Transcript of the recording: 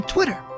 Twitter